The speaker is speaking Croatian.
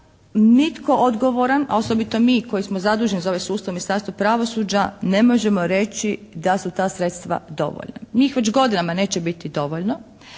nitko odgovoran a osobito mi koji smo zaduženi za ovaj sustav u Ministarstvu pravosuđa ne možemo reći da su ta sredstva dovoljna. Njih još godinama neće biti dovoljno.